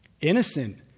Innocent